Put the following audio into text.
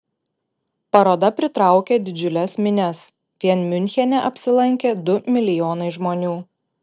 paroda pritraukė didžiules minias vien miunchene apsilankė du milijonai žmonių